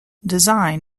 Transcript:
design